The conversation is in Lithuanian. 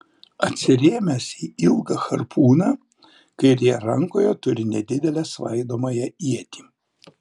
atsirėmęs į ilgą harpūną kairėje rankoje turi nedidelę svaidomąją ietį